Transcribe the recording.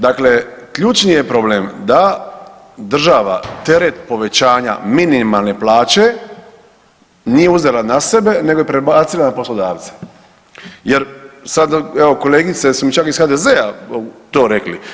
Dakle, ključni je problem da država teret povećanja minimalne plaće nije uzela na sebe nego je prebacila na poslodavce jer sad evo kolegice su mi čak iz HDZ-a to rekli.